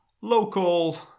local